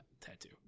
tattoo